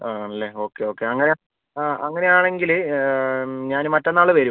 ആണല്ലേ okay okay അങ്ങനെ ആ അങ്ങനെ ആണെങ്കിൽ ഞാൻ മറ്റന്നാൾ വരും